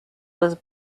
was